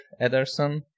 Ederson